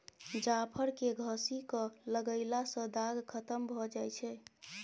जाफर केँ घसि कय लगएला सँ दाग खतम भए जाई छै